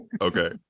Okay